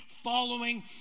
following